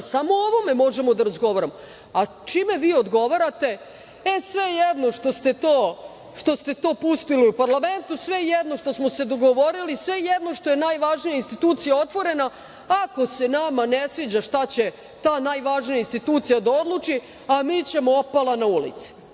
samo o ovome možemo da razgovaramo, a čime vi odgovarate? E, svejedno što ste to pustili u parlament, svejedno što smo se dogovorili, svejedno što je najvažnija institucija otvorena, ako se nama ne sviđa šta će ta najvažnija institucija da odluči, a mi ćemo opala na ulice.